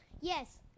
Yes